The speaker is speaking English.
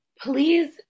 please